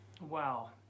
wow